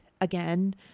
again